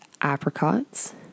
apricots